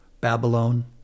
Babylon